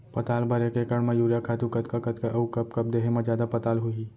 पताल बर एक एकड़ म यूरिया खातू कतका कतका अऊ कब कब देहे म जादा पताल होही?